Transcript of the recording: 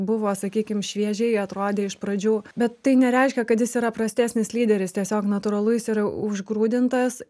buvo sakykim šviežiai atrodė iš pradžių bet tai nereiškia kad jis yra prastesnis lyderis tiesiog natūralu jis yra užgrūdintas